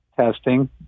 testing